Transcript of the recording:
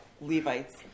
Levites